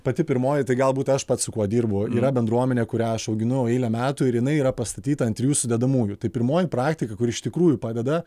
pati pirmoji tai galbūt aš pats su kuo dirbu yra bendruomenė kurią aš auginau eilę metų ir jinai yra pastatyta ant trijų sudedamųjų tai pirmoji praktika kuri iš tikrųjų padeda